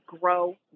grow